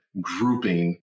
grouping